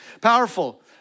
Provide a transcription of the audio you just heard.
Powerful